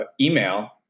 email